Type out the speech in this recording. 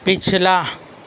پچھلا